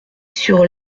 sur